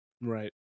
Right